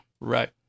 Right